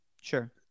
Sure